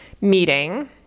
meeting